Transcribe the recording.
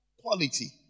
quality